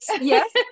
Yes